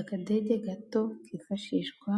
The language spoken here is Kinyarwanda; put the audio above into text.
Akadege gato kifashishwa